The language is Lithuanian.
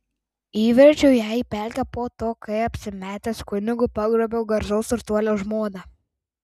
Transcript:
įverčiau ją į pelkę po to kai apsimetęs kunigu pagrobiau garsaus turtuolio žmoną